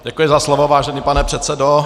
Děkuji za slovo, vážený pane předsedo.